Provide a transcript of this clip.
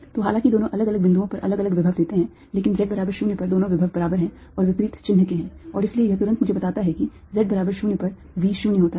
तो हालांकि दोनों अलग अलग बिंदुओं पर अलग अलग विभव देते हैं लेकिन z बराबर 0 पर दोनों विभव बराबर है और विपरीत चिह्न के हैं और इसलिए यह तुरंत मुझे बताता है कि z बराबर 0 पर V 0 होता है